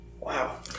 Wow